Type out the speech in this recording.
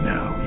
Now